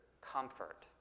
comfort